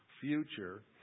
future